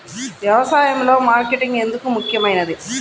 వ్యసాయంలో మార్కెటింగ్ ఎందుకు ముఖ్యమైనది?